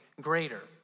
greater